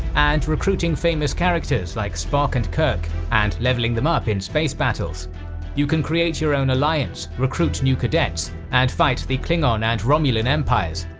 and recruiting famous characters like spock and kirk and level them up in space! but so you can create your own alliance, recruit new cadets and fight the klingon and romulan empires!